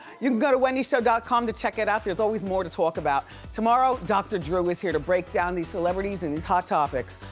you can go to wendyshow dot com to check it out, there's always more to talk about. tomorrow, dr, drew is here to break down these celebrities and these hot topics.